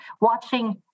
watching